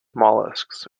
molluscs